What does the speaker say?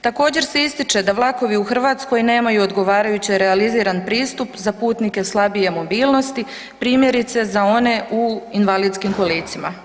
Također se ističe da vlakovi u Hrvatskoj nemaju odgovarajuće realiziran pristup za putnike slabije mobilnosti, primjerice za one u invalidskim kolicima.